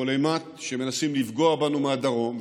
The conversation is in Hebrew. וכל אימת שמנסים לפגוע בנו מהדרום,